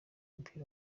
w’umupira